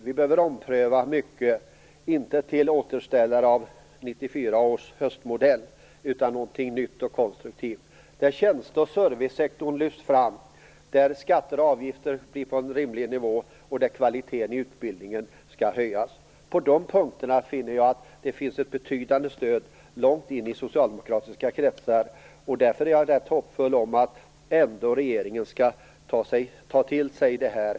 Vi behöver ompröva mycket - inte satsa på återställare av 1994 års höstmodell, utan något nytt och konstruktivt. Tjänste och servicesektorn behöver lyftas fram, skatter och avgifter bör ligga på en rimlig nivå, och kvaliteten i utbildningen skall höjas. På de punkterna finner jag att det finns ett betydande stöd långt in i socialdemokratiska kretsar, och jag är därför rätt hoppfull om att regeringen ändå skall ta till sig det här.